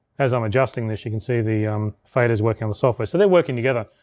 as i'm adjusting this, you can see the faders working on the software. so they're working together.